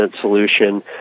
solution